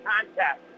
contest